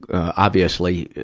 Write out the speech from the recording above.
obviously,